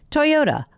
Toyota